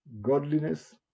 godliness